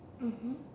mmhmm